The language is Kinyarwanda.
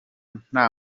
nta